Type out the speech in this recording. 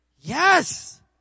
Yes